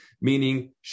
meaning